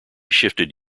shifted